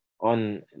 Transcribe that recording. on